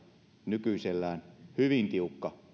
nykyisellään hyvin tiukka